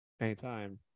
Anytime